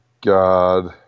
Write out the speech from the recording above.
god